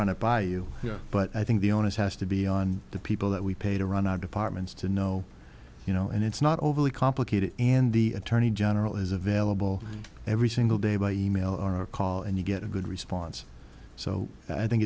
run it by you but i think the onus has to be on the people that we pay to run our departments to know you know and it's not overly complicated and the attorney general is available every single day by e mail or a call and you get a good response so i think